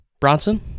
Bronson